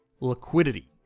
liquidity